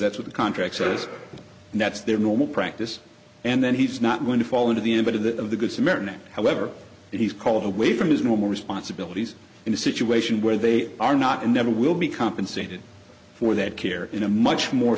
that's what the contract says and that's their normal practice and then he's not going to fall into the input of that of the good samaritan and however he's called away from his normal responsibilities in a situation where they are not and never will be compensated for that care in a much more